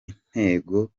intego